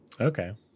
Okay